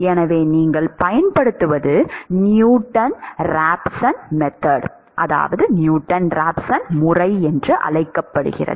எனவே நீங்கள் பயன்படுத்துவது நியூட்டன் ராப்சன் முறை என்று அழைக்கப்படுகிறது